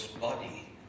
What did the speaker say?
body